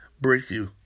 breakthrough